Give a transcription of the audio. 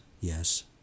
Yes